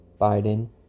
biden